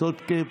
צודקים.